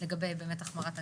לגבי באמת החמרת ענישה,